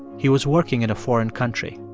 he was working in a foreign country,